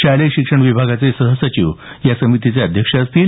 शालेय शिक्षण विभागाचे सह सचिव या समितीचे अध्यक्ष असतील